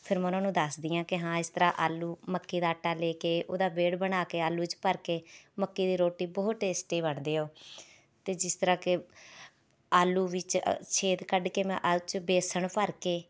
ਫਿਰ ਮੈਂ ਉਨ੍ਹਾਂ ਨੂੰ ਦੱਸਦੀ ਹਾਂ ਕਿ ਹਾਂ ਇਸ ਤਰ੍ਹਾਂ ਆਲੂ ਮੱਕੀ ਦਾ ਆਟਾ ਲੈ ਕੇ ਉਹਦਾ ਵੇੜ ਬਣਾ ਕੇ ਆਲੂ 'ਚ ਭਰ ਕੇ ਮੱਕੀ ਦੀ ਰੋਟੀ ਬਹੁਤ ਟੇਸਟੀ ਬਣਦੀ ਉਹ ਅਤੇ ਜਿਸ ਤਰ੍ਹਾਂ ਕਿ ਆਲੂ ਵਿੱਚ ਸ਼ੇਦ ਕੱਢ ਕੇ ਮੈਂ ਉਹ 'ਚ ਬੇਸਣ ਭਰ ਕੇ